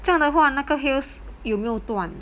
这样的话那个 heels 有没有断